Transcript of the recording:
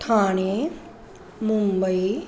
Thane Mumbai